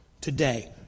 today